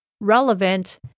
relevant